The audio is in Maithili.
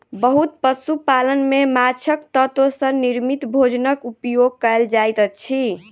बहुत पशु पालन में माँछक तत्व सॅ निर्मित भोजनक उपयोग कयल जाइत अछि